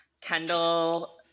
Kendall